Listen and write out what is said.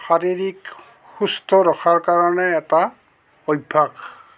শাৰীৰিক সুস্থ ৰখাৰ কাৰণে এটা অভ্যাস